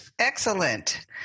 Excellent